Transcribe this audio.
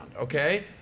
Okay